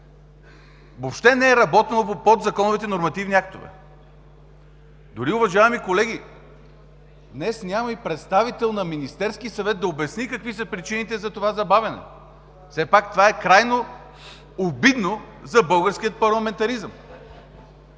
въобще не е работено по подзаконовите нормативни актове. Уважаеми колеги, днес дори няма и представител на Министерския съвет, за да обясни какви са причините за това забавяне! Все пак това е крайно обидно за българския парламентаризъм!